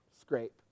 scrape